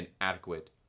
inadequate